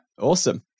awesome